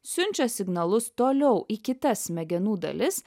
siunčia signalus toliau į kitas smegenų dalis